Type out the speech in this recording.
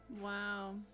Wow